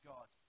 God